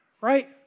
Right